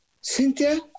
Cynthia